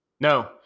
No